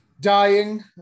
dying